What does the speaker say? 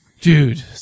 Dude